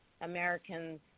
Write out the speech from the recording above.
Americans